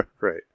Right